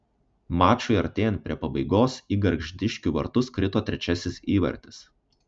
mačui artėjant prie pabaigos į gargždiškių vartus krito trečiasis įvartis